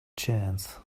chance